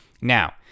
Now